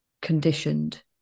conditioned